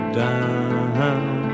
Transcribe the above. down